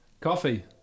Coffee